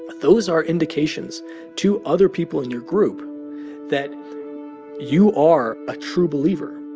but those are indications to other people in your group that you are a true believer.